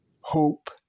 hope